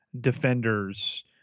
defenders